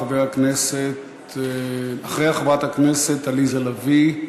חברת הכנסת עליזה לביא.